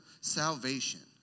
salvation